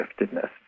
giftedness